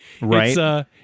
Right